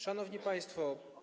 Szanowni Państwo!